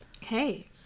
Hey